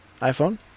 iPhone